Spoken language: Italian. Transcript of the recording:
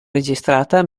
registrata